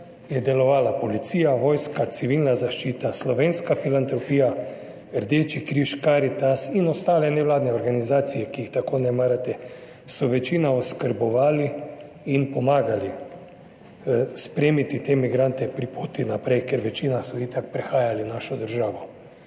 je delovala policija, vojska, civilna zaščita, Slovenska filantropija, Rdeči križ, Karitas in ostale nevladne organizacije, ki jih tako ne marate, so večina oskrbovali in pomagali spremiti te migrante pri poti naprej, ker večina so itak prehajali v našo državo.